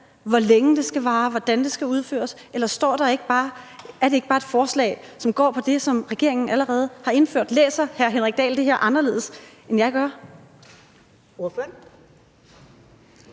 hvor længe det skal vare, eller hvordan det skal udføres, eller er det ikke bare et forslag, som går på det, som regeringen allerede har indført? Læser hr. Henrik Dahl det her anderledes, end jeg gør?